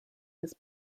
his